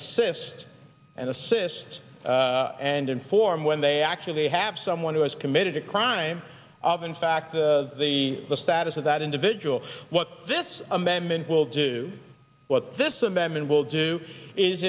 assist and assist and inform when they actually have someone who has committed a crime in fact the the the status of that individual what this amendment will do what this amendment will do is